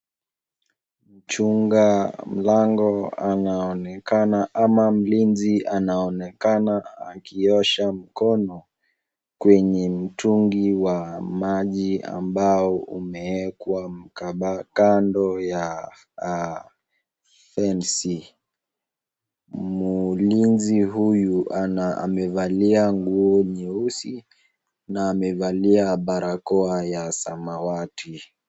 Mchunga mlango anaonekana ama mlinzi anaonekana akiosha mkono kwenye mtungi wa maji ambao umeekwa mkabala kando ya (cs)fensi(cs).Mlinzi huyu ana amevalia nguo nyeusi na amevalia barakoa ya samawati.